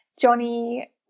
Johnny